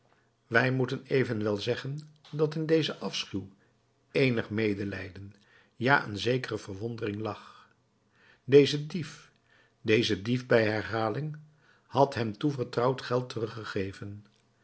wij moeten evenwel zeggen dat in dezen afschuw eenig medelijden ja een zekere verwondering lag deze dief deze dief bij herhaling had hem toevertrouwd geld teruggegeven